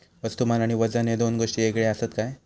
वस्तुमान आणि वजन हे दोन गोष्टी वेगळे आसत काय?